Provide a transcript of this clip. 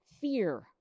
fear